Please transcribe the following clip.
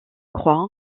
croix